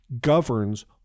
governs